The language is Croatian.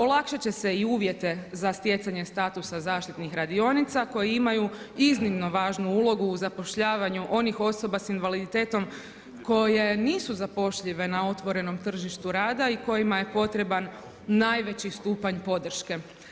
Olakšati će se i uvjete za stjecanje statusa zaštitnih radionica koje imaju iznimno važnu ulogu u zapošljavanju onih osoba sa invaliditetom koje nisu zapošljive na otvorenom tržištu rada i kojima je potreban najveći stupanj podrške.